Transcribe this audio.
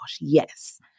yes